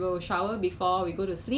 很像很 peaceful 这样 leh 其实